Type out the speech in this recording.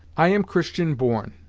i am christian born,